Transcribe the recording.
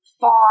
far